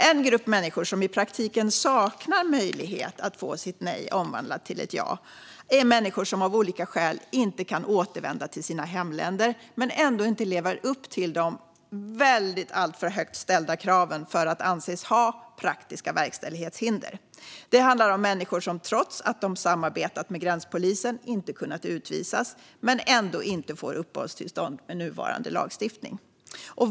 En grupp människor som i praktiken saknar möjlighet att få sitt nej omvandlat till ett ja är människor som av olika skäl inte kan återvända till sina hemländer men ändå inte lever upp till de alltför högt ställda kraven för att man ska anses ha praktiska verkställighetshinder. Det handlar om människor som trots att de samarbetat med gränspolisen inte kunnat utvisas men som ändå inte får uppehållstillstånd med nuvarande lagstiftning.